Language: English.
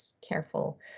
careful